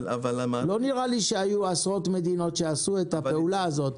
לא היו עשרות מדינות שעשו את הפעולה הזאת.